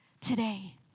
today